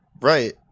Right